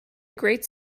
great